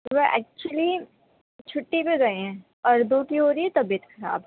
وہ ایکچولی چھٹّی پہ گئے ہیں اور دو کی ہو رہی ہے طبیعت خراب